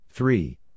Three